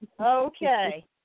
Okay